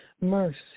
Mercy